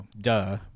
duh